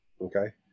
okay